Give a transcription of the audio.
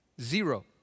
Zero